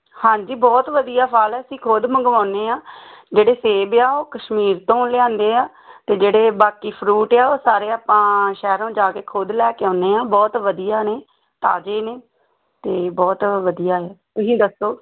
ਹਾਂਜੀ ਬਹੁਤ ਵਧੀਆ ਫ਼ਲ ਅਸੀਂ ਖੁਦ ਮੰਗਵਾਉਂਦੇ ਹਾਂ ਜਿਹੜੇ ਸੇਬ ਆ ਉਹ ਕਸ਼ਮੀਰ ਤੋਂ ਲਿਆਂਦੇ ਆ ਅਤੇ ਜਿਹੜੇ ਬਾਕੀ ਫਰੂਟ ਆ ਉਹ ਸਾਰੇ ਆਪਾਂ ਸ਼ਹਿਰੋਂ ਜਾ ਕੇ ਖੁਦ ਲੈ ਕੇ ਆਉਦੇ ਹਾਂ ਬਹੁਤ ਵਧੀਆ ਨੇ ਤਾਜ਼ੇ ਨੇ ਅਤੇ ਬਹੁਤ ਵਧੀਆ ਹੈ ਤੁਸੀਂ ਦੱਸੋ